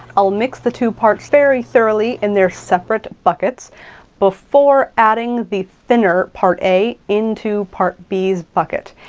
i'll mix the two parts very thoroughly in their separate buckets before adding the thinner part a into part b's bucket.